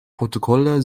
protokolle